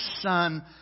son